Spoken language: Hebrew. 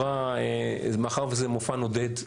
מאחר שזה מופע נודד,